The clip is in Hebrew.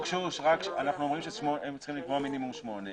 אנחנו אומרים שהם צריכים לקבוע מינימום שמונה,